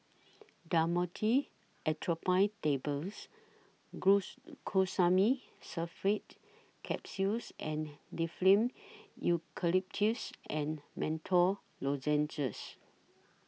Dhamotil Atropine Tables Glues Sulfate Capsules and Difflam Eucalyptus and Menthol Lozenges